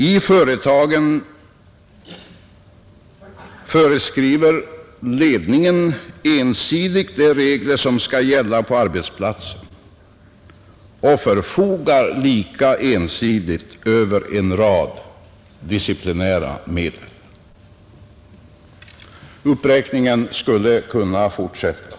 I företagen föreskriver ledningen ensidigt de regler som skall gälla på arbetsplatsen och förfogar lika ensidigt över en rad disciplinära medel, Uppräkningen skulle kunna fortsätta.